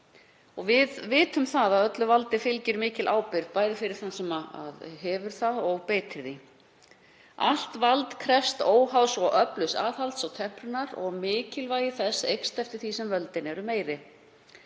Við vitum að öllu valdi fylgir mikil ábyrgð, bæði fyrir þann sem hefur það og beitir því. Allt vald krefst óháðs og öflugs aðhalds og temprunar og mikilvægi þess eykst eftir því sem völdin eru meiri.